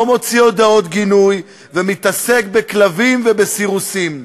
לא מוציא הודעות גינוי, ומתעסק בכלבים ובסירוסים.